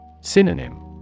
Synonym